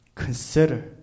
Consider